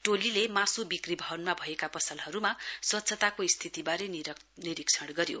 टोलीले मास् विक्री भवनमा भएका पसलहरुमा स्वच्छताको स्थितिबारे निरीक्षण गर्यो